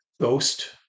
ghost